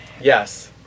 Yes